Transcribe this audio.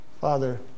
Father